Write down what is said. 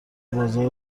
بازار